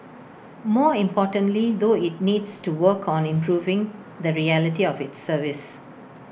more importantly though IT needs to work on improving the reality of its service